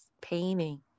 painting